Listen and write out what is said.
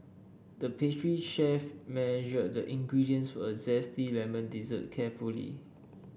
the pastry chef measured the ingredients for a zesty lemon dessert carefully